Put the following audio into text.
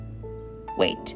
Wait